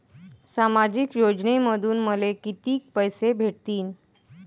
सामाजिक योजनेमंधून मले कितीक पैसे भेटतीनं?